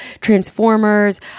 Transformers